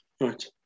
Right